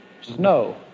snow